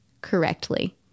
correctly